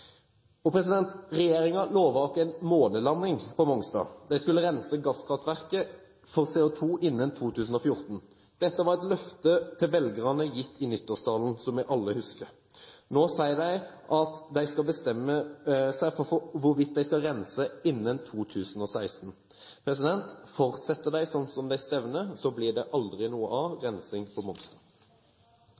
en månelanding på Mongstad. De skulle rense gasskraftverket for CO2 innen 2014. Dette var et løfte til velgerne, gitt i nyttårstalen, som vi alle husker. Nå sier de at de skal bestemme seg for hvorvidt de skal rense innen 2016. Fortsetter de som de stevner, blir det aldri noe av rensing på Mongstad.